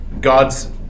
God's